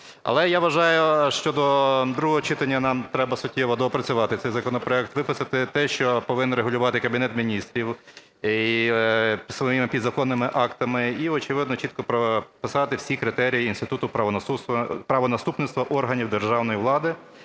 Але я вважаю, що до другого читання нам треба суттєво доопрацювати цей законопроект, виписати те, що повинен регулювати Кабінет Міністрів своїми підзаконними актами і, очевидно, чітко прописати всі критерії інституту правонаступництва органів державної влади